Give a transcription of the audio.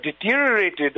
deteriorated